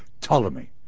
Ptolemy